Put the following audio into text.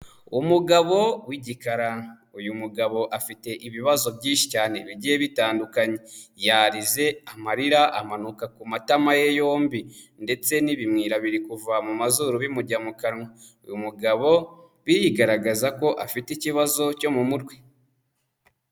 Umugabo w'igikara, uyu mugabo afite ibibazo byinshi cyane bigiye bitandukanye, yarize amarira amanuka ku matama ye yombi ndetse n'ibimwira biri kuva mu mazuru bimujya mu kanwa. Uyu mugabo birigaragaza ko afite ikibazo cyo mu mutwe.